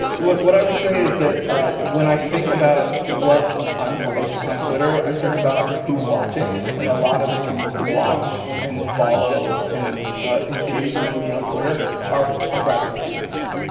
what what i would say is that when i think about what i'm like on twitter, i think about who's watching, and a lot of the people who watch and follow and engage with me on twitter are are graduate students,